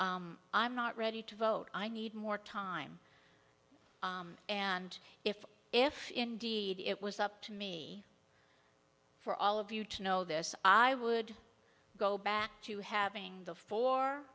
i'm not ready to vote i need more time and if if indeed it was up to me for all of you to know this i would go back to having the four